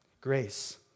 Grace